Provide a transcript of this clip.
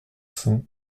cents